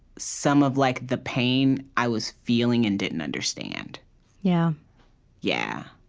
some of like the pain i was feeling and didn't understand yeah yeah,